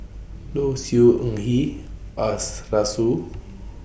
Low Siew Nghee